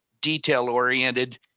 detail-oriented